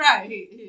Right